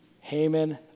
Haman